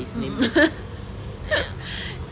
mmhmm